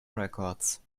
records